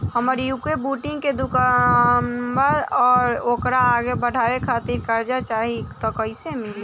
हमार एगो बुटीक के दुकानबा त ओकरा आगे बढ़वे खातिर कर्जा चाहि त कइसे मिली?